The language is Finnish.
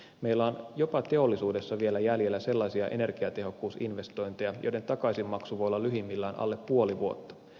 meillä on jopa teollisuudessa vielä jäljellä sellaisia energiatehokkuusinvestointeja joiden takaisinmaksu voi olla lyhimmillään alle puoli vuotta